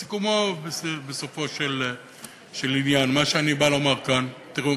בסופו של עניין, מה שאני בא לומר כאן: תראו,